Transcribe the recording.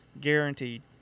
Guaranteed